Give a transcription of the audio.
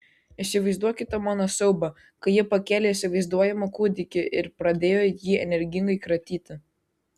įsivaizduokite mano siaubią kai ji pakėlė įsivaizduojamą kūdikį ir pradėjo jį energingai kratyti